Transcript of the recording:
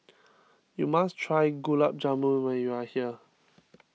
you must try Gulab Jamun when you are here